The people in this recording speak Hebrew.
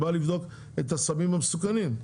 אלא לבדוק את עניין הסמים המסוכנים.